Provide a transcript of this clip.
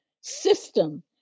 system